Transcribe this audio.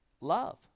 love